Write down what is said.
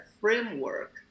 framework